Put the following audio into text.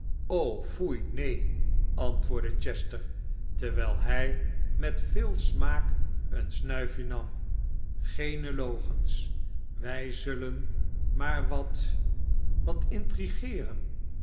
so foei neen antwoordde chester terwijl hij met veel smaak een snuifje nam geene logens wij zullen maar wat wat